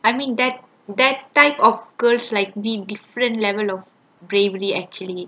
I mean that that type of girls like been different level of bravely actually